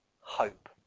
hope